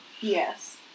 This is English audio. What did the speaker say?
Yes